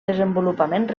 desenvolupament